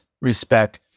respect